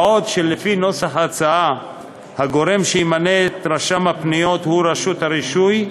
בעוד לפי נוסח ההצעה הגורם שימנה את רשם הפניות הוא רשות הרישוי,